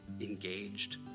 engaged